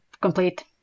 complete